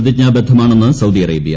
പ്രതിജ്ഞാബദ്ധമാണെന്ന് Saudi Arabia